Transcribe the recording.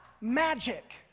magic